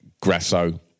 Grasso